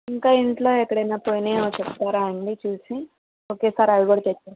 ఇంకా ఇంట్లో ఎక్కడైనా పోయినయా చెప్తారా అండి చూసి ఓకే సారి అవి కూడా చేసేస్తాం